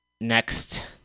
next